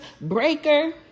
breaker